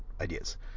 ideas